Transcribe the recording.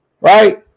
Right